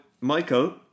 Michael